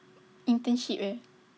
internship eh